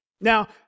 Now